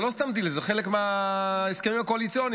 זה לא סתם דיל, זה חלק מההסכמים הקואליציוניים.